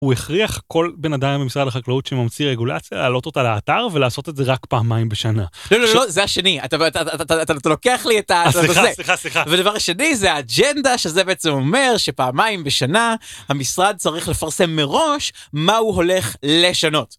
הוא הכריח כל בן אדם במשרד החקלאות שממציא רגולציה להעלות אותה לאתר ולעשות את זה רק פעמיים בשנה. לא, לא, לא, זה השני, אתה לוקח לי את ה... סליחה, סליחה, סליחה. ודבר שני זה האג'נדה שזה בעצם אומר שפעמיים בשנה, המשרד צריך לפרסם מראש מה הוא הולך לשנות.